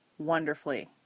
wonderfully